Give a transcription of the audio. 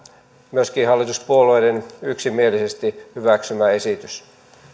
myöskin hallituspuolueiden yksimielisesti hyväksymä esitys